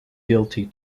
guilty